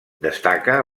destaca